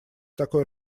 такой